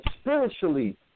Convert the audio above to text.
spiritually